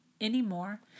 anymore